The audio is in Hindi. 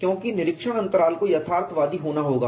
क्योंकि निरीक्षण अंतराल को यथार्थवादी होना होगा